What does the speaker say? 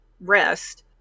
rest